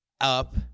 up